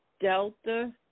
Delta